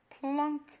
plunk